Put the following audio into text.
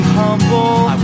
humble